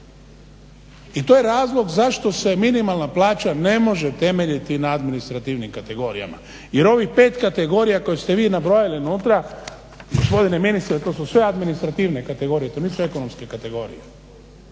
i to je razlog zašto se minimalna plaća ne može temeljiti na administrativnim kategorijama, jer ovih pet kategorija koje ste vi nabrojali unutra gospodine ministre, to su sve administrativne kategorije, to nisu ekonomske kategorije.